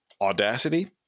Audacity